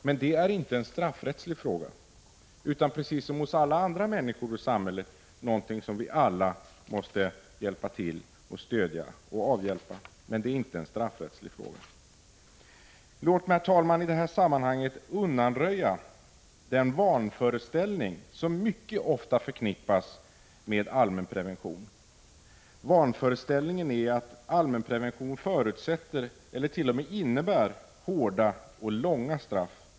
Men det är ingen straffrättslig fråga, utan det handlar här om att vi alla måste ge vårt stöd och avhjälpa dessa brister, hos brottslingar lika väl som hos alla andra människor i samhället. Låt mig, herr talman, i detta sammanhang undanröja den vanföreställning som mycket ofta förknippas med allmänprevention. Vanföreställningen är att allmänprevention förutsätter eller t.o.m. innebär hårda och långa straff.